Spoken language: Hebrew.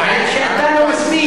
הבעיה היא שאתה לא מסמיק.